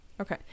okay